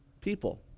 people